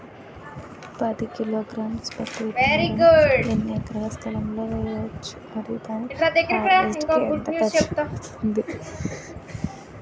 పది కిలోగ్రామ్స్ పత్తి విత్తనాలను ఎన్ని ఎకరాల స్థలం లొ వేయవచ్చు? మరియు దాని హార్వెస్ట్ కి ఎంత ఖర్చు అవుతుంది?